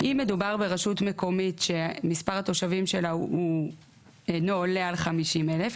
אם מדובר ברשות מקומית שמספר התושבים שלה אינו עולה על 50,000,